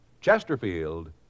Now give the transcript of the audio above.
Chesterfield